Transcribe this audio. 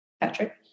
Patrick